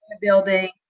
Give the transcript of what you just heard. building